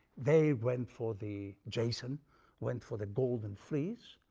they went for the jason went for the golden fleece,